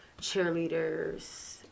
cheerleaders